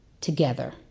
Together